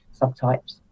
subtypes